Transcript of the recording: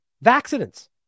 vaccines